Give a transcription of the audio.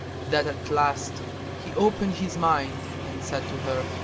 that at last he opened his mind and said to her,